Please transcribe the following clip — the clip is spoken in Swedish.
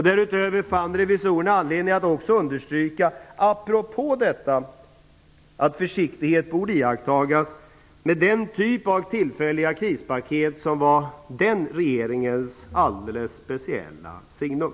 Därutöver fann Revisorernana anledning att apropå detta också understryka att försiktighet borde iakttagas med den typ av tillfälliga krispaket som var den regeringens alldeles speciella signum.